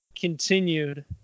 continued